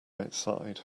outside